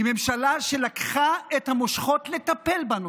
היא ממשלה שלקחה את המושכות לטפל בנושא,